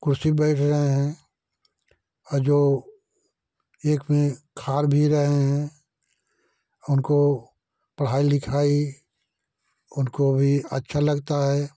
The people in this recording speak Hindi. कुर्सी पर बैठ रहे हैं और जो एक में खा भी रहे हैं उनको पढ़ाई लिखाई उनको भी अच्छा लगता है